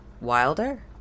Wilder